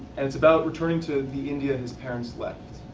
and it's about returning to the india his parents left.